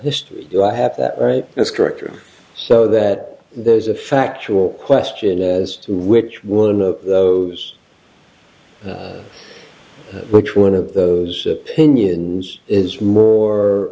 history do i have that right that's correct or so that there's a factual question as to which one of those which one of those ships pinions is more